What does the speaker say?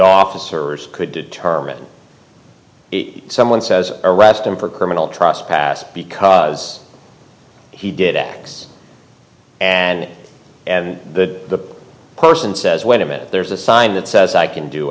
officers could determine if someone says arrest him for criminal trespass because he did x and the person says wait a minute there's a sign that says i can do